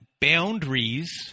boundaries